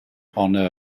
honor